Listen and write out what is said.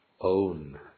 own